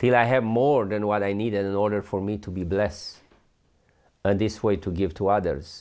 till i have more than what i needed in order for me to be blessed and this way to give to others